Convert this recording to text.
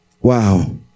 Wow